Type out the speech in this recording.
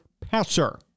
passer